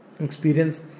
experience